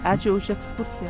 ačiū už ekskursiją